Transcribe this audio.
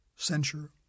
censure